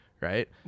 right